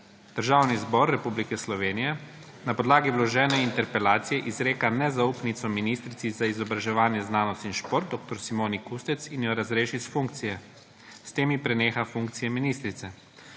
Državni zbor Republike Slovenije na podlagi vložene interpelacije izreka nezaupnico ministrici za izobraževanje, znanost in šport dr. Simoni Kustec in jo razreši s funkcije. S tem ji preneha funkcija ministrice.